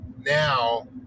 Now